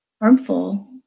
harmful